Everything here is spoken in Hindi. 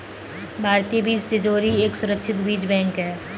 भारतीय बीज तिजोरी एक सुरक्षित बीज बैंक है